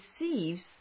receives